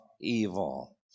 evil